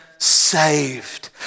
saved